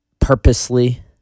purposely